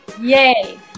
Yay